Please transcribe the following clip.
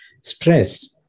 stress